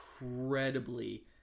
incredibly